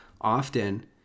often